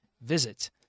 Visit